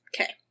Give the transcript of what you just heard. Okay